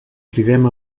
cridem